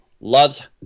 loves